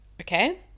okay